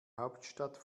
hauptstadt